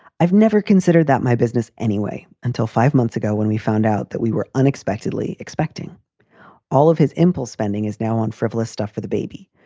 i've never considered that my business anyway until five months ago when we found out that we were unexpectedly expecting all of his impulse. spending is now on frivolous stuff for the baby.